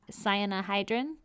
cyanohydrin